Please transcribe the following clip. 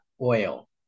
oil